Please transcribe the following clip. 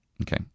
Okay